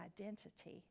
identity